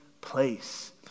place